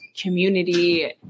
community